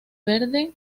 verde